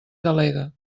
delegue